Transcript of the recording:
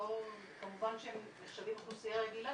וכמובן שהם נחשבים אוכלוסייה רגילה,